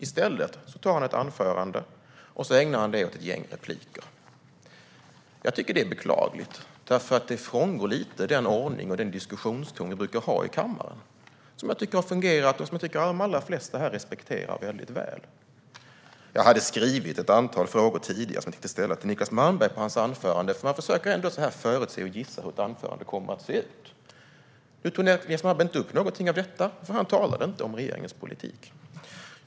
I stället håller han ett anförande och ägnar det åt ett gäng repliker. Jag tycker att det är beklagligt, för det frångår den ordning och den diskussionston vi brukar ha i kammaren som har fungerat och som jag tycker att de allra flesta här respekterar väldigt väl. Jag hade skrivit ett antal frågor som jag hade tänkt ställa till Niclas Malmberg med anledning av hans anförande. Man försöker ändå förutse och gissa hur ett anförande kommer att se ut. Niclas Malmberg tog dock inte upp någonting av detta, för han talade inte om regeringens politik.